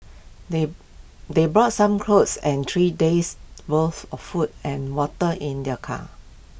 they they brought some clothes and three days' worth of food and water in their car